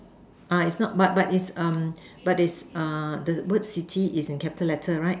uh is not but but is um but is err the words city is in capital letter right